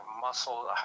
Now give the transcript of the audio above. muscle